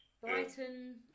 Brighton